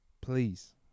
Please